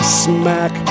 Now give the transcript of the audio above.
smack